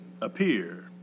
appear